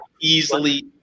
easily